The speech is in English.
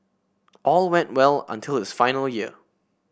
all went well until his final year